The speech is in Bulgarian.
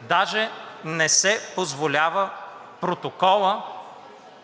Даже не се позволява протоколът